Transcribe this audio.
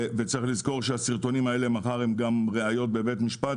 וצריך לזכור שהסרטונים האלה מחר הם גם ראיות בבית משפט.